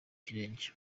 ikirenge